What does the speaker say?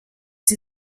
sie